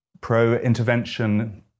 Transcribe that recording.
pro-intervention